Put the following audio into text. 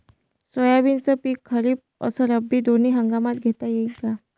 सोयाबीनचं पिक खरीप अस रब्बी दोनी हंगामात घेता येईन का?